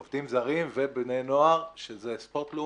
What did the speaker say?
עובדים זרים ובני נוער שזה נהפך לספורט לאומי.